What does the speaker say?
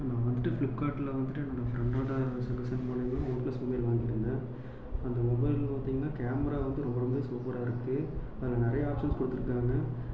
நான் வந்துட்டு ஃப்ளிப்கார்டில் வந்துட்டு என்னோடய ஃப்ரெண்டோடய சஜ்ஜஷன் மூலயமா ஒன் ப்ளஸ் மொபைல் வாங்கிட்டு வந்தேன் அந்த மொபைல் பார்த்தீங்கன்னா கேமரா வந்து ரொம்ப ரொம்ப சூப்பராக இருக்குது அதில் நிறையா ஆப்சன்ஸ் கொடுத்துருக்கறாங்க